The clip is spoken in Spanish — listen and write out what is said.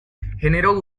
generó